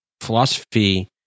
philosophy